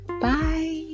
bye